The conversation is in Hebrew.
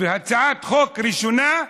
והצעת חוק ראשונה,